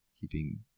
keeping